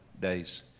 days